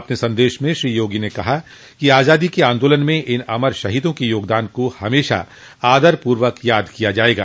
अपने संदेश में श्री योगी ने कहा कि आजादो के आन्दोलन में इन अमर शहीदों के योगदान को हमेशा आदर पूर्वक याद किया जायेगा